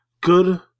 good